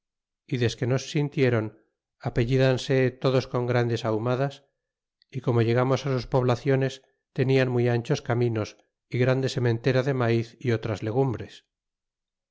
y desque nos sintiéron apellidanse todos con grandes ahumadas y como llegamos á sus poblaciones tenian muy anchos caminos y grande sementera de maiz y otras legumbres